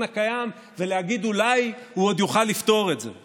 הקיים ולהגיד: אולי הוא עוד יוכל לפתור את זה.